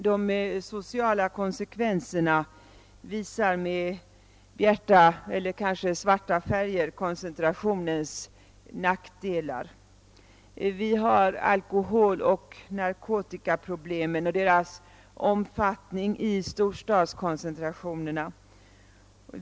De sociala konsekvenserna visar med bjärta eller kanske svarta färger koncentrationens nackdelar. De visar sig bl.a. i omfattningen av alkoholoch narkotikaproblemen i storstadskoncentrationerna.